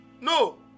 No